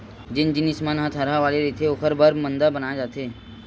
जेन जिनिस मन ह थरहा वाले रहिथे ओखर बर मांदा बनाए जाथे